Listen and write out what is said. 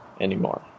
anymore